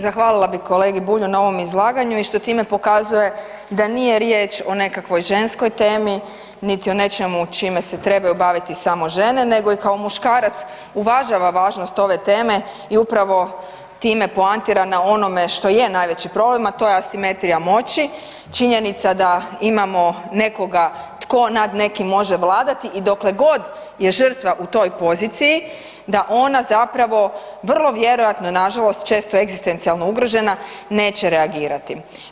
Zahvalila bi kolegi Bulju na ovom izlaganju i što time pokazuje da nije riječ o nekakvoj ženskoj temi niti o nečemu čime se trebaju baviti samo žene nego i kao muškarac uvažava važnost ove teme i upravo time poantira na onome što je najveći problem, a to je asimetrija moći, činjenica da imamo nekoga tko nad nekim može vladati i dokle god je žrtva u toj poziciji da ona zapravo vrlo vjerojatno, nažalost, često egzistencijalno ugrožena, neće reagirati.